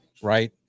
right